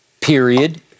period